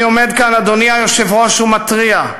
אני עומד פה, אדוני היושב-ראש, ומתריע: